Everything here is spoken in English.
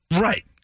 Right